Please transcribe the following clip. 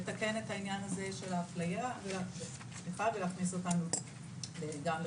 לתקן את העניין הזה של האפליה ולהכניס אותנו גם לרפורמה.